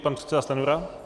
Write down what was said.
Pan předseda Stanjura.